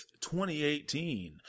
2018